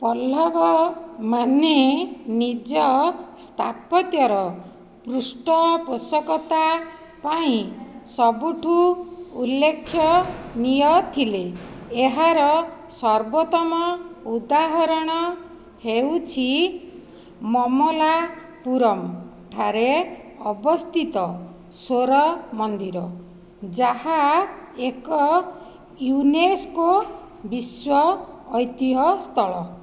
ପଲ୍ଲଭମାନେ ନିଜ ସ୍ଥାପତ୍ୟର ପୃଷ୍ଟ ପୋଷକତା ପାଇଁ ସବୁଠୁ ଉଲ୍ଲେଖନୀୟ ଥିଲେ ଏହାର ସର୍ବୋତ୍ତମ ଉଦାହରଣ ହେଉଛି ମମଲାପୁରମ୍ ଠାରେ ଅବସ୍ଥିତ ସୋର ମନ୍ଦିର ଯାହା ଏକ ୟୁନେସ୍କୋ ବିଶ୍ଵ ଏତିହ୍ୟ ସ୍ଥଳ